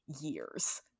years